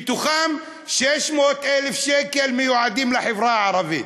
מהם 600,000 מיועדים לחברה הערבית.